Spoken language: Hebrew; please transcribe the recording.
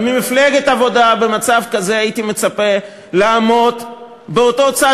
אבל ממפלגת העבודה במצב כזה הייתי מצפה לעמוד באותו צד